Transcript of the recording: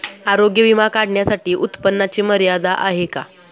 आरोग्य विमा काढण्यासाठी उत्पन्नाची मर्यादा आहे का?